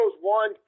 one